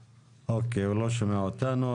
אוקיי, הוא לא שומע אותנו.